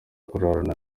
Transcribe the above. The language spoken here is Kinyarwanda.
kurarana